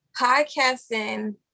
Podcasting